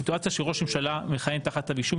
סיטואציה שראש ממשלה מכהן תחת כתב אישום,